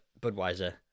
Budweiser